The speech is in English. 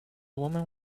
woman